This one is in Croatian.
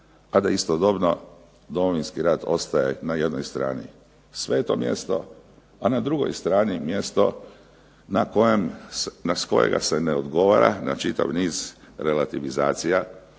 a da istodobno Domovinski rat ostaje na jednoj strani sveto mjesto a na drugoj strani mjesto s kojega se ne odgovara na čitav niz relativizacija